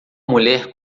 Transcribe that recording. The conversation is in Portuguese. mulher